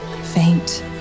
faint